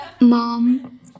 Mom